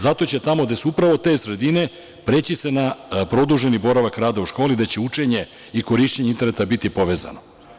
Zato će tamo gde su uprave te sredine preći se na produženi boravak rada u školi, gde će učenje i korišćenje interneta biti povezano.